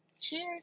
cheers